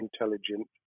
intelligent